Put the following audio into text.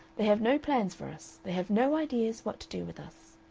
they have no plans for us. they have no ideas what to do with us.